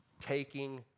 taking